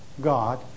God